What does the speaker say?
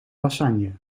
lasagne